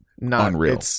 Unreal